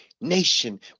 nation